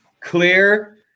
clear